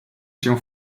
się